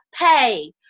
pay